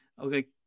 Okay